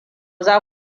za